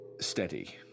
steady